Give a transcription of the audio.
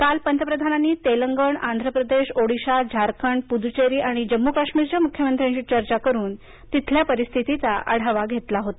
काल पंतप्रधानांनी तेलंगण आंध्र प्रदेश ओडिशा झारखंड पुद्दचेरी आणि जम्मूकाश्मीरच्या मुख्यमंत्र्यांशी चर्चा करून तिथल्या परिस्थितीचा आढावा घेतला होता